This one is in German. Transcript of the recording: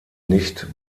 nicht